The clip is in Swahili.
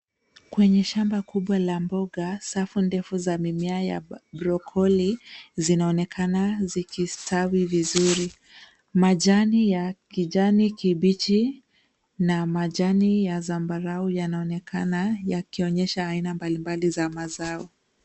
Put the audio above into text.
Kwenye shamba kubwa la mboga safu ndefu za mmea wa broccoli zinaonekana zikistawi vizuri. Majani ya kijani kibichi na majani ya zambarau yanaonekana yakionyesha aina mbalimbali za mazao.